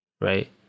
right